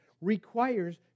requires